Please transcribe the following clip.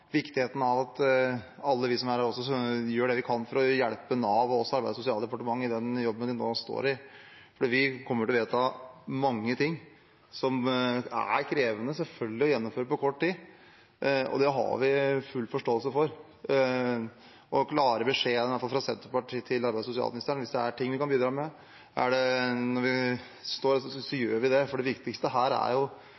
viktigheten av at alle vi som er her, gjør det vi kan for å hjelpe Nav og også Arbeids- og sosialdepartementet i den jobben de nå står i, for vi kommer til å vedta mange ting som selvfølgelig er krevende å gjennomføre på kort tid, og det har vi full forståelse for. Den klare beskjeden fra i hvert fall Senterpartiet til arbeids- og sosialministeren er at hvis det er ting vi kan bidra med, så gjør vi det,